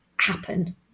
happen